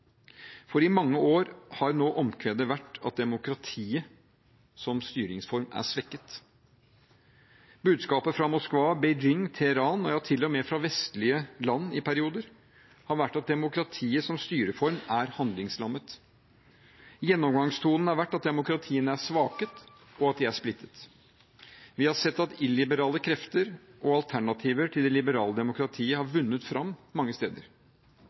For i mange år nå har omkvedet vært at demokratiet som styringsform er svekket. Budskapet fra Moskva, Beijing, Teheran – ja, til og med fra vestlige land i perioder – har vært at demokratiet som styreform er handlingslammet. Gjennomgangstonen har vært at demokratiene er svake, og at de er splittet. Vi har sett at illiberale krefter og alternativer til det liberale demokratiet har vunnet fram mange steder.